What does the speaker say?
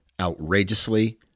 outrageously